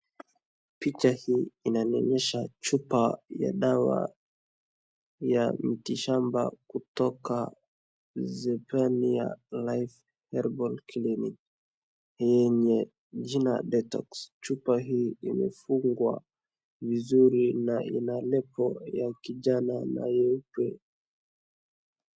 Picha hii inanionyesha chupa ya dawa ya miti shamba kutoka Zephania life herbal clinic yenye jina detol chupa hii imefungwa vizuri na ina label na kijani na nyeupe.